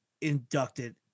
inducted